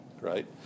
right